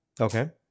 Okay